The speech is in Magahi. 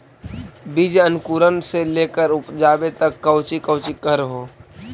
बीज अंकुरण से लेकर उपजाबे तक कौची कौची कर हो?